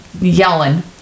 yelling